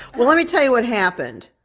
well let me tell you what happened.